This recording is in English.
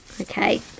Okay